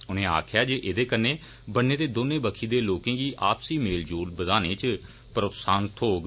उनें आक्खेया जे एहदे नै बन्नै दे दौनें बक्खी दे लोकें गी आपसी मेल झोल बदाने इच प्रोत्साहन थ्होग